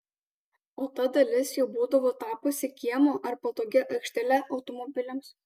o ta dalis jau būdavo tapusi kiemu ar patogia aikštele automobiliams